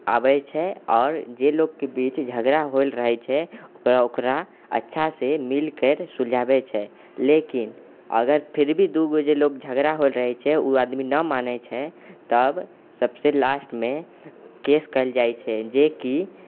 आबै छै आओर जे लोगके बीच झगड़ा होल रहै छै ओकरा अच्छासँ मिलकर सुलझाबै छै लेकिन अगर फिर भी दुगो लोग जे झगड़ा होल रहै छै उ आदमी नहि मानै छै तब सबसँ लास्टमे केस कयल जाइ छै जेकि